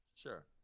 Sure